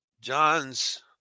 John's